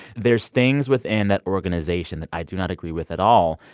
there's things within that organization that i do not agree with at all.